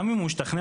גם אם הוא השתכנע,